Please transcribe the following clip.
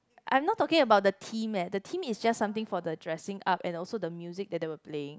I am not talking about the theme leh the theme is just something for the dressing up and also the music that they were playing